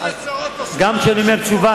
גם כשאני אומר תשובה,